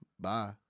Bye